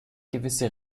gewisse